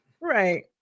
right